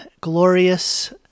glorious